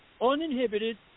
uninhibited